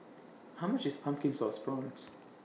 How much IS Pumpkin Sauce Prawns